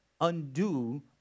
undo